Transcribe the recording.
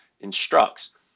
instructs